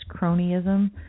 cronyism